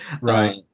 Right